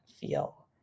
feel